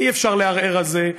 אי-אפשר לערער על זה,